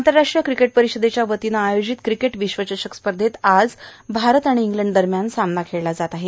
आंतरराष्ट्रीय क्रिकेट परिषदेच्या वतीनं आयोजित क्रिकेट विश्वचषक स्पर्धेत आज भारत आणि इंग्लंड दरम्यान सामना खेळला जात आहे